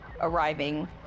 arriving